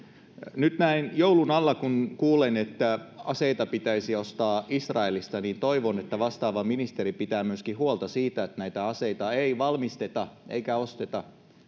nyt näin joulun alla kun kuulen että aseita pitäisi ostaa israelista toivon että vastaava ministeri pitää myöskin huolta siitä että näitä aseita ei valmisteta missään siirtokunnissa eikä osteta